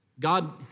God